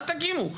אל תקימו.